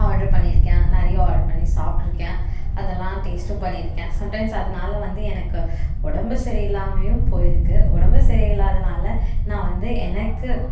order பண்ணியிருக்கேன் நிறைய order பண்ணி சாப்பிட்ருக்கேன் அதெல்லாம் டேஸ்ட்டும் பண்ணியிருக்கேன் சம்டைம்ஸ் அதனால வந்து எனக்கு உடம்பு சரியில்லாமையும் போயிருக்குது உடம்பு சரியில்லாதனால் நான் வந்து எனக்கு